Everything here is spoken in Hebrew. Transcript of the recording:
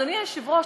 אדוני היושב-ראש,